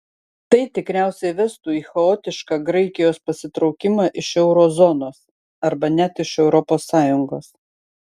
tai tikriausiai vestų į chaotišką graikijos pasitraukimą iš euro zonos arba net iš europos sąjungos